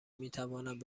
میتوانند